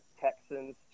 Texans